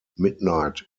midnight